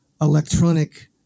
electronic